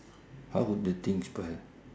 how would the thing spoil